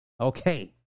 Okay